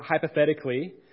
hypothetically